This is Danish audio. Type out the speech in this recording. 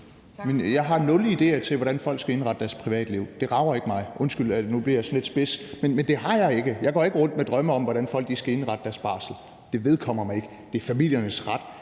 Jeg har nul idéer til, hvordan folk skal indrette deres privatliv. Det rager ikke mig, undskyld, at jeg nu bliver lidt spids. Men det har jeg ikke. Jeg går ikke rundt med drømme om, hvordan folk skal indrette deres barsel. Det vedkommer ikke mig. Det er familiernes ret